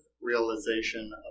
realization